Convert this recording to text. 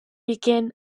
begin